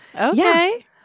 Okay